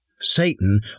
Satan